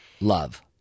Love